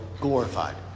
glorified